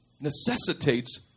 necessitates